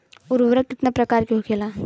उर्वरक कितना प्रकार के होखेला?